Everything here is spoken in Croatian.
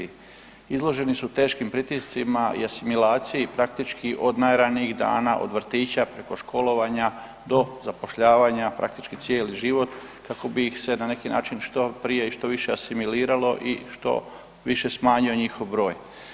Izloženi su teškim pritiscima i asimilacijji praktički od najranijih dana od vrtića preko školovanja do zapošljavanja praktički cijeli život kako bi ih se na neki način što prije i što više asimiliralo i što više smanjio njihov broj.